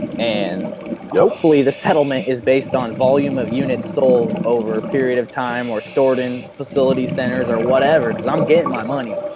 and yeah hopefully the settlement is based on volume of units sold over a period of time or stored in facility centers or whatever because i'm getting my money.